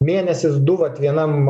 mėnesis du vat vienam